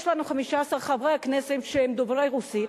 יש לנו 15 חברי כנסת שהם דוברי רוסית.